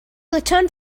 returned